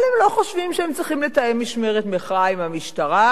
אבל הם לא חושבים שהם צריכים לתאם משמרת מחאה עם המשטרה,